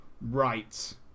Right